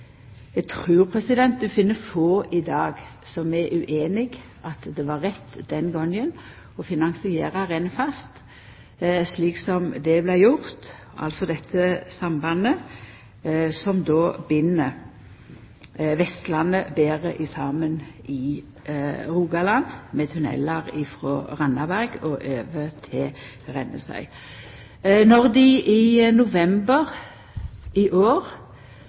Eg trur ein finn få i dag som er ueinig i at det var rett den gongen å finansiera Rennfast slik som det vart gjort – altså dette sambandet som bind Vestlandet betre saman i Rogaland, med tunellar frå Randaberg og over til Rennesøy. Når dei i november i år